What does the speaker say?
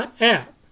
app